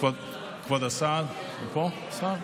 כבוד השר, הוא פה, השר?